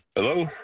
Hello